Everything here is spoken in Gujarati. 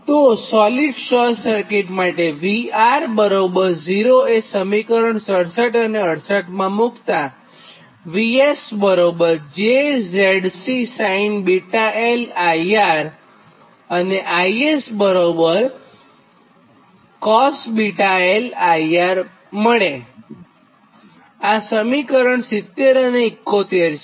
તો સોલિડ શોર્ટ સર્કિટ માટે VR0 એ સમીકરણ 67 અને 68 માં મુક્તાં આ સમીકરણ 70 અને 71 છે